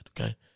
okay